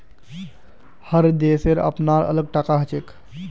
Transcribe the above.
हर देशेर अपनार अलग टाका हछेक